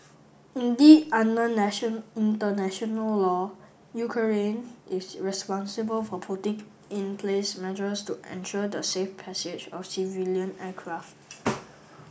indeed under nation international law Ukraine is responsible for putting in place measures to ensure the safe passage of civilian aircraft